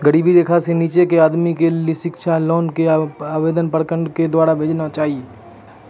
गरीबी रेखा से नीचे के आदमी के लेली शिक्षा लोन के आवेदन प्रखंड के द्वारा भेजना चाहियौ?